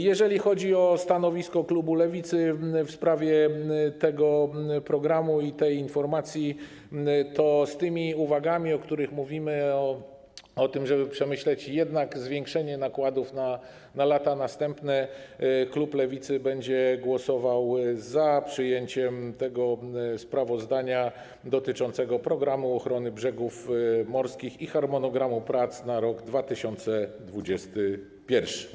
Jeżeli chodzi o stanowisko klubu Lewicy w sprawie tego programu i tej informacji, to z tymi uwagami, o których mówimy, o tym, żeby jednak przemyśleć zwiększenie nakładów na lata następne, klub Lewicy będzie głosował za przyjęciem sprawozdania dotyczącego „Programu ochrony brzegów morskich” i harmonogramu prac na rok 2021.